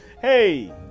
Hey